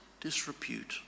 disrepute